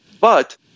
But-